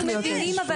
אנחנו מבינים,